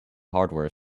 hardware